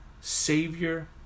Savior